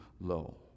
low